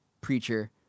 preacher